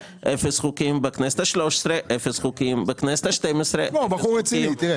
בכמה חוקים - או פג תוקף או שכבר הגיע שלב הפעלת החוק